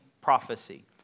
prophecy